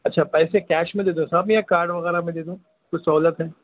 اچھا پیسے کیش میں دے دوں صاحب یا کارڈ وغیرہ میں دے دوں کچھ سہولت ہے